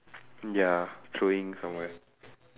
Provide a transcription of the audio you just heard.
ya throwing somewhere